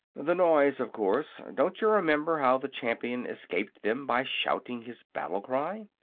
the noise, of course. don't you remember how the champion escaped them by shouting his battle-cry?